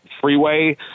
freeway